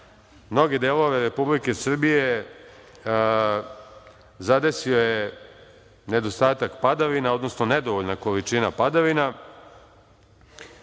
Mnoge delove Republike Srbije zadesio je nedostatak padavina, odnosno nedovoljna količina padavina